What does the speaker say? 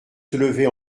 soulevées